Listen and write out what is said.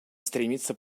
стремится